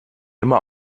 immer